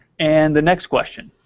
and the next question.